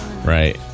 Right